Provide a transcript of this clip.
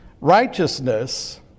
Righteousness